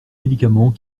médicaments